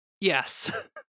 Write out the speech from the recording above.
yes